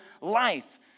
life